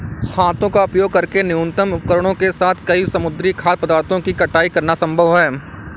हाथों का उपयोग करके न्यूनतम उपकरणों के साथ कई समुद्री खाद्य पदार्थों की कटाई करना संभव है